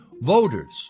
voters